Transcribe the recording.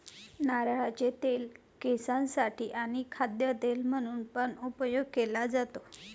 नारळाचे तेल केसांसाठी आणी खाद्य तेल म्हणून पण उपयोग केले जातो